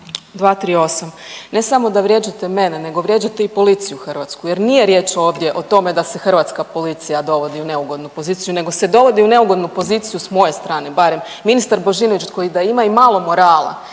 238., ne samo da vrijeđate mene nego vrijeđate i policiju hrvatsku jer nije riječ ovdje o tome da se hrvatska policija dovodi u neugodnu poziciju, nego se dovodi u neugodnu poziciju s moje strane barem, ministar Božinović koji da ima i malo morala